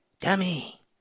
dummy